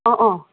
অঁ অঁ